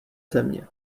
země